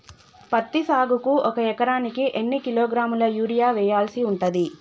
పత్తి సాగుకు ఒక ఎకరానికి ఎన్ని కిలోగ్రాముల యూరియా వెయ్యాల్సి ఉంటది?